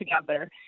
together